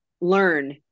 learn